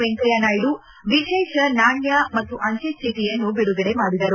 ವೆಂಕಯ್ಯನಾಯ್ಡ ವಿಶೇಷ ನಾಣ್ಯ ಮತ್ತು ಅಂಚೆಚೀಟಿಯನ್ನು ಬಿಡುಗಡೆ ಮಾಡಿದರು